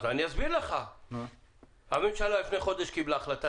אסביר לך: הממשלה לפני חודש קיבלה החלטה